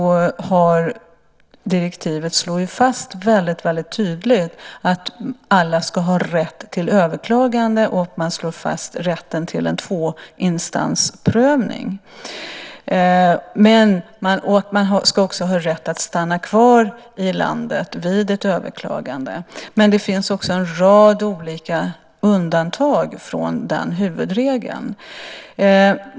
Direktivet slår väldigt tydligt fast att alla ska ha rätt till överklagande. Man slår fast rätten till en tvåinstansprövning. Man ska också ha rätt att stanna kvar i landet vid ett överklagande. Men det finns också en rad olika undantag från den huvudregeln.